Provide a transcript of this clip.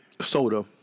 soda